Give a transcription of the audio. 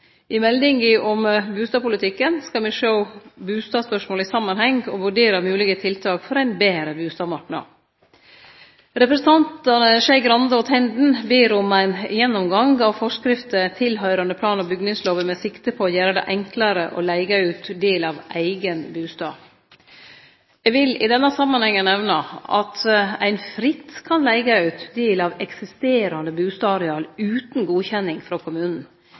I meldinga om bustadpolitikken vil me sjå bustadspørsmålet i samanheng og vurdere moglege tiltak for ein betre bustadmarknad. Representantane Skei Grande og Tenden ber om ein gjennomgang av forskrifter tilhøyrande plan- og bygningslova, med sikte på å gjere det enklare å leige ut ein del av eigen bustad. Eg vil i denne samanhengen nemne at ein fritt kan leige ut ein del av eksisterande bustadareal, utan godkjenning frå kommunen.